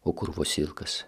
o kur vosilkas